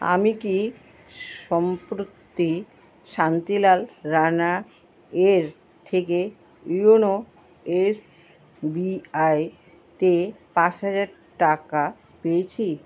আমি কি সম্প্রতি শান্তিলাল রাণা এর থেকে ইয়োনো এসবিআইতে পাঁচ হাজার টাকা পেয়েছি